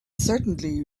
certainly